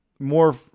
More